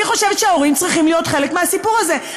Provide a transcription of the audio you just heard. אני חושבת שההורים צריכים להיות חלק מהסיפור הזה.